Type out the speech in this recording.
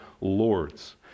Lord's